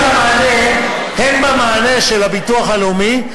הן במענה של הביטוח הלאומי,